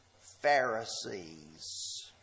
Pharisees